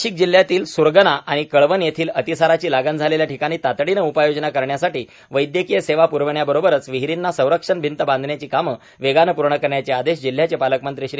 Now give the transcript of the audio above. नाशिक जिल्हयातील सुरगाणा आणि कळवण येथील अतिसाराची लागण झालेल्या ठिकाणी तातडीने उपाययोजना करण्यासाठी वैद्यकीय सेवा पुरवण्याबरोबरच विहीरींना संरक्षण भींत बांथण्याची कामे देगाने पूर्ण करण्याचे आदेश जिल्हयाचे पालकमंत्री श्री